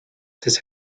this